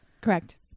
correct